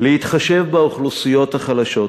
להתחשב באוכלוסיות החלשות,